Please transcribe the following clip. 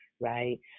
right